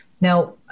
Now